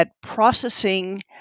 processing